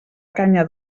canya